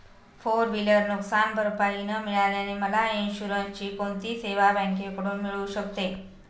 Four wheeler नुकसानभरपाई न मिळाल्याने मला इन्शुरन्सची कोणती सेवा बँकेकडून मिळू शकते?